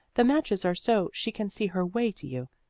the matches are so she can see her way to you.